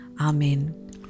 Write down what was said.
Amen